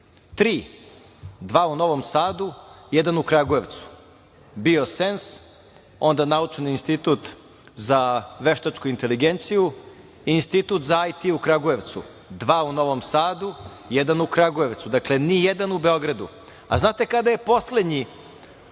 dva u Novom Sadu, jedan u Kragujevcu, „Biosens“, onda Naučni institut za veštačku inteligenciju, Institut za IT u Kragujevcu. Dva u Novom Sadu, jedan u Kragujevcu, dakle nijedan u Beogradu. Znate li kada je poslednji